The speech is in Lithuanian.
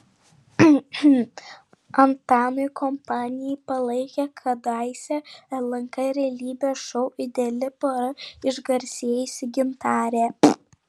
antanui kompaniją palaikė kadaise lnk realybės šou ideali pora išgarsėjusi gintarė